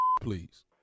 please